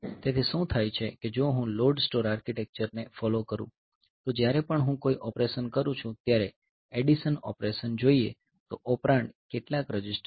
તેથી શું થાય છે કે જો હું LOAD STORE આર્કિટેક્ચરને ફોલો કરું તો જ્યારે પણ હું કોઈ ઓપરેશન કરું છું ત્યારે એડિશન ઓપરેશન જોઈએ તો ઓપરેન્ડ કેટલાક રજિસ્ટર હોવા જોઈએ